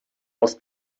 aus